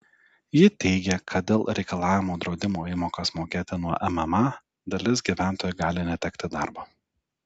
ji teigė kad dėl reikalavimo draudimo įmokas mokėti nuo mma dalis gyventojų gali netekti darbo